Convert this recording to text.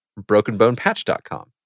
Brokenbonepatch.com